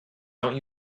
don’t